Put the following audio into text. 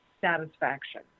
satisfaction